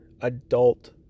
adult